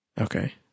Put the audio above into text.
Okay